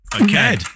Okay